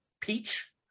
peach